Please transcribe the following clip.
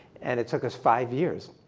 and it took us five years.